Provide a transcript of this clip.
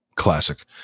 classic